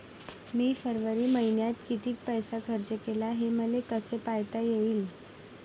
मी फरवरी मईन्यात कितीक पैसा खर्च केला, हे मले कसे पायता येईल?